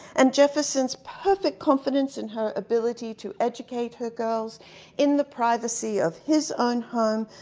and jefferson's perfect confidence in her ability to educate her girls in the privacy of his own home,